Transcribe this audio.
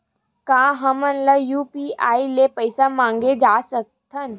का हमन ह यू.पी.आई ले पईसा मंगा सकत हन?